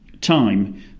time